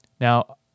Now